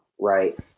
Right